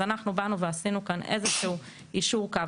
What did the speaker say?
אז אנחנו באנו ועשינו כאן איזשהו יישור קו.